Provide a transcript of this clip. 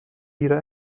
ihrer